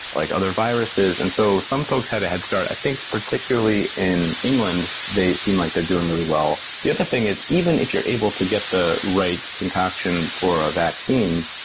like other viruses, and so some folks have a head start. i think particularly in england, they seem like they're doing really well. the other thing is, even if you're able to get the right concoction for a vaccine,